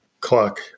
clock